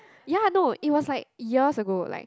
ya no it was like years ago like